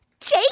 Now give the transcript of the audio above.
Jake